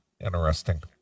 interesting